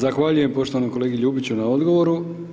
Zahvaljujem poštovanom kolegi Ljubiću na odgovoru.